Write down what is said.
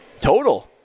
Total